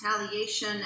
retaliation